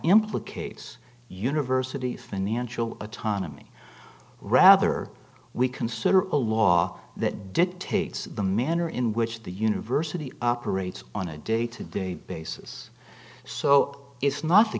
implicates universities financial autonomy rather we consider a law that dictates the manner in which the university operates on a day to day basis so it's not the